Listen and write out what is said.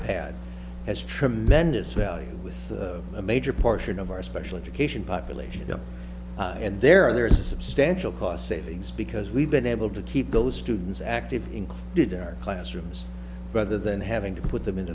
pad has tremendous value with a major portion of our special education population and there are there is a substantial cost savings because we've been able to keep those students active in did their classrooms rather than having to put them